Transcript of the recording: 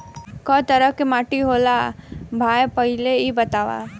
कै तरह के माटी होला भाय पहिले इ बतावा?